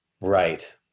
Right